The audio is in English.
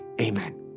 Amen